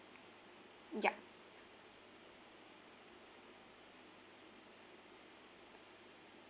ya